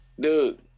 Dude